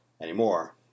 anymore